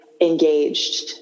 engaged